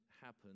happen